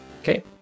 Okay